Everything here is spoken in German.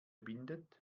bindet